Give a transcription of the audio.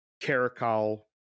Caracal